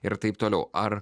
ir taip toliau ar